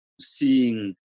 seeing